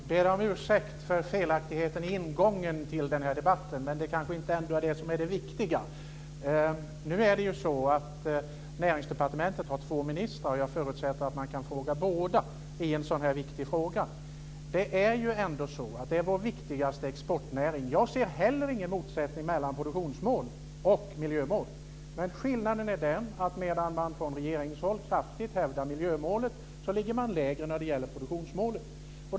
Fru talman! Jag ber om ursäkt för felaktigheten i ingången till den här debatten men det är kanske inte det som är det viktiga. Näringsdepartementet har ju två ministrar. Jag förutsätter att man kan fråga båda när det gäller en så här viktig sak. Det är ju ändå så att det handlar om vår viktigaste exportnäring. Inte heller jag ser någon motsättning mellan produktionsmål och miljömål men skillnaden är att medan man från regeringshåll kraftigt hävdar miljömålet ligger man lägre när det gäller produktionsmålet.